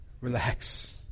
Relax